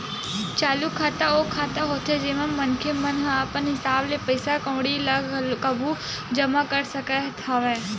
चालू खाता ओ खाता होथे जेमा मनखे मन ह अपन हिसाब ले पइसा कउड़ी ल कभू भी जमा कर सकत हवय